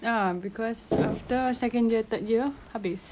ah cause after second year third year habis